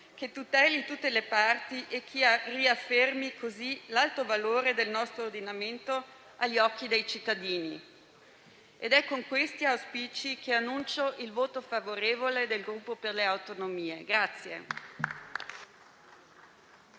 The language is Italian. che tuteli tutte le parti e riaffermi così l'alto valore del nostro ordinamento agli occhi dei cittadini. È con questi auspici che annuncio il voto favorevole del Gruppo per le Autonomie.